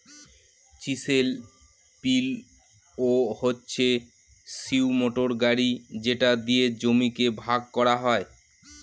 chisel পিলও হচ্ছে সিই মোটর গাড়ি যেটা দিয়ে জমিকে ভাগ করা হয়